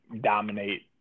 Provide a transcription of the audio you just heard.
dominate